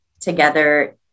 together